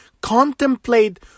contemplate